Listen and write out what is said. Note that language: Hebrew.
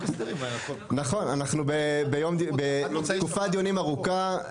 אנחנו בתקופת דיונים ארוכה,